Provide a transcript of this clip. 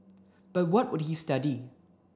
but what would he study